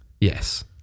yes